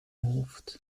hoofd